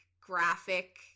graphic